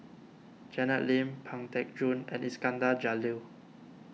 Janet Lim Pang Teck Joon and Iskandar Jalil